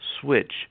switch